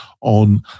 on